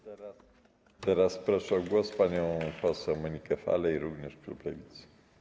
Teraz proszę o głos panią poseł Monikę Falej, również klub Lewicy.